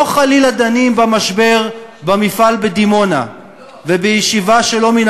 לא חלילה דנים במשבר במפעל בדימונה ובישיבה שלא מן